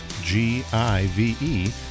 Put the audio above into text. G-I-V-E